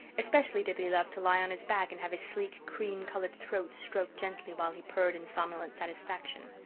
especially did he love to lie on his back and have his sleek, cream-coloured throat stroked gently while he purred in somnolent satisfaction.